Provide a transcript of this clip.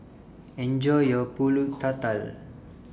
Enjoy your Pulut Tatal